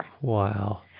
Wow